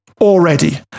already